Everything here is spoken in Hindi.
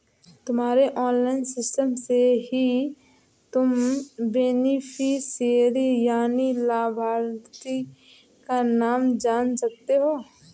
तुम्हारे ऑनलाइन सिस्टम से ही तुम बेनिफिशियरी यानि लाभार्थी का नाम जान सकते हो